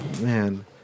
man